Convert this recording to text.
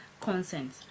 consent